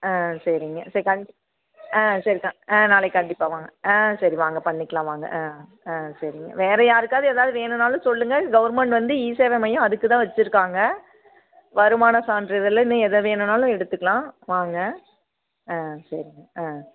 ஆ சரிங்க சரி கண்டி ஆ சரி க ஆ நாளைக் கண்டிப்பாக வாங்க ஆ சரி வாங்க பண்ணிக்கலாம் வாங்க ஆ ஆ சரிங்க வேறு யாருக்காவது எதாவது வேணுன்னாலும் சொல்லுங்கள் கவுர்மெண்ட் வந்து இ சேவை மையம் அதுக்கு தான் வச்சிருக்காங்க வருமான சான்றிதழை இன்னும் எதை வேணுன்னாலும் எடுத்துக்கலாம் வாங்க ஆ சரிங்க ஆ